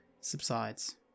subsides